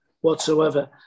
whatsoever